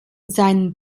seinen